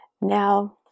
Now